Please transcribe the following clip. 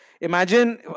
Imagine